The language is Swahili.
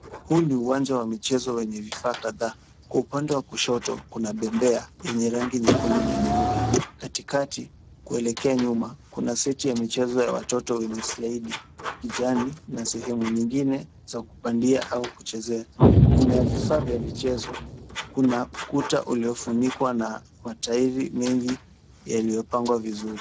Huu ni uwanja wa michezo wenye vifaa kadhaa. Kwa upande wa kushoto kuna bembea yenye rangi nyekundu na nyeupe. Katikati, kuelekea nyuma kuna seti ya michezo ya watoto yenye slide ya kijani, na sehemu nyingine za kupandia au kuchezea. Nyuma ya vifaa vya vichezo, kuna ukuta uliofunikwa na matairi mengi yaliyopangwa vizuri.